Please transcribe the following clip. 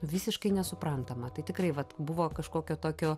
visiškai nesuprantama tai tikrai vat buvo kažkokio tokio